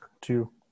two